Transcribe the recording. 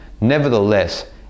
Nevertheless